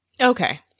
Okay